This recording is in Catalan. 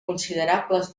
considerables